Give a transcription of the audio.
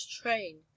train